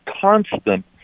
constant